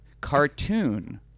cartoon